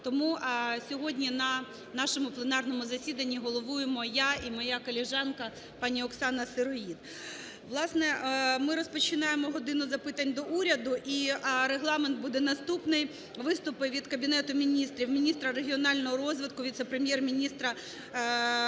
Тому сьогодні на нашому пленарному засіданні головуємо я і моя колежанка пані Оксана Сироїд. Власне, ми розпочинаємо "годину запитань до Уряду" і регламент буде наступний. Виступи від Кабінету Міністрів міністра регіонального розвитку, віце-прем'єр-міністра Геннадія